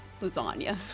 lasagna